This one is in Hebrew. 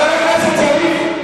חבר הכנסת יריב,